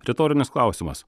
retorinis klausimas